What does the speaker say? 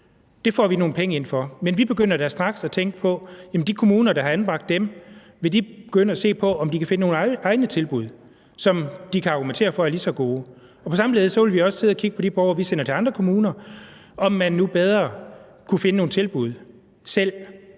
det får vi nogle penge ind for, men vi begynder da straks at tænke på, om de kommuner, der har anbragt dem, vil begynde at se på, om de kan finde nogle egne tilbud, som de kan argumentere for er lige så gode. Og på samme led vil vi også sidde og kigge på de borgere, som vi sender til andre kommuner, altså om man nu bedre kunne finde nogle tilbud selv,